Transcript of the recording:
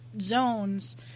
zones